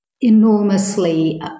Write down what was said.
enormously